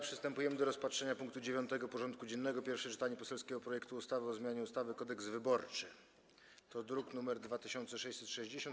Przystępujemy do rozpatrzenia punktu 9. porządku dziennego: Pierwsze czytanie poselskiego projektu ustawy o zmianie ustawy Kodeks wyborczy (druk nr 2660)